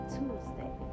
Tuesday